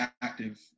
active